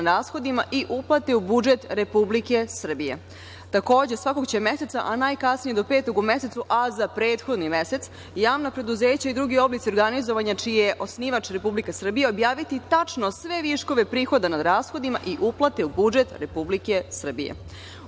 i uplati u budžet Republike Srbije. Takođe, svakog će meseca, a najkasnije do petog u mesecu, a za prethodni mesec, javna preduzeća i drugi oblici organizovanja čiji je osnivač Republika Srbija objaviti tačno sve viškove prihoda nad rashodima i uplati u budžet Republike Srbije.U